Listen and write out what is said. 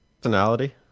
Personality